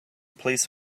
police